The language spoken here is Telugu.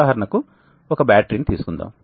ఉదాహరణకి ఒక బ్యాటరీని తీసుకుందాం